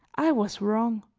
i was wrong.